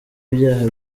ibyaha